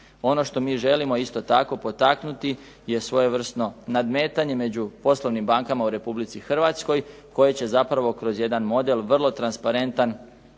Ono što mi želimo isto tako potaknuti je svojevrsno nadmetanje među poslovnim bankama u Republici Hrvatskoj koji će zapravo kroz jedan model vrlo transparentan